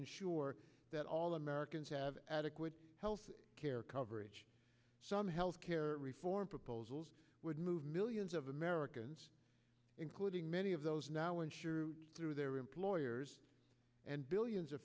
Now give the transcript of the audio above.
ensure that all americans have adequate health care coverage some health care reform proposals would move millions of americans including many of those now insured through their employers and billions of